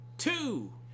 two